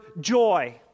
joy